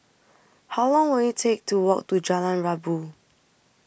How Long Will IT Take to Walk to Jalan Rabu